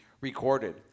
recorded